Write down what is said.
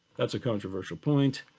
that's a controversial point